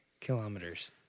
kilometers